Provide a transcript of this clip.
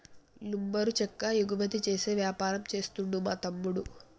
lumber చెక్క ఎగుమతి చేసే వ్యాపారం చేస్తుండు మా తమ్ముడు